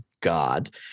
God